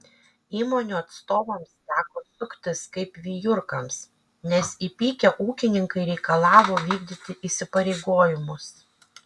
įmonių atstovams teko suktis kaip vijurkams nes įpykę ūkininkai reikalavo vykdyti įsipareigojimus